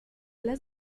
las